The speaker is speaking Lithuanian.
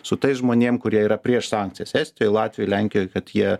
su tais žmonėm kurie yra prieš sankcijas estijoj latvijoj lenkijoj kad jie